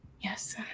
Yes